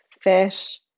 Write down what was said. fish